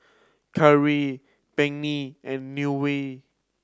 Karli Peggy and Newell